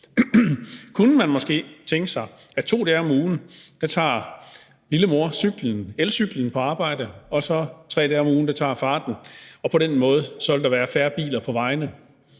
Kunne man måske tænke sig, at 2 dage om ugen tager lillemor elcyklen på arbejde, og 3 dage om ugen tager far den? På den måde ville der være færre biler på vejene.